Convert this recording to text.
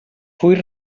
full